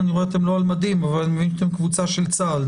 אני רואה שאתם לא על מדים אבל אני מבין שאתם קבוצה של צה"ל,